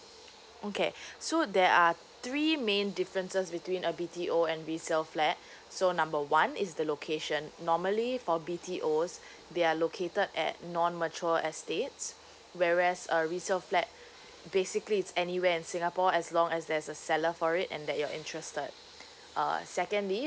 okay so there are three main differences between a B T O and resale flat so number one is the location normally for B T Os they are located at non mature estates whereas a resale flat basically it's anywhere in singapore as long as there's a seller for it and that you're interested uh secondly